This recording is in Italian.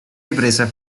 riprese